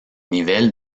nivel